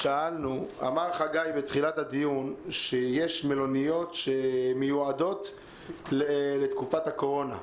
אמר חגי בתחילת הדיון שיש מלוניות שמיועדות לתקופת הקורונה.